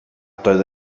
doedd